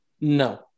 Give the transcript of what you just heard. No